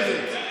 לשבת,